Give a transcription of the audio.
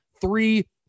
three